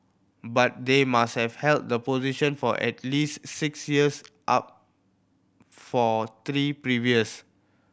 but they must have held the position for at least six years up for three previous